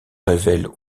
révèlent